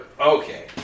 Okay